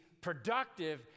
productive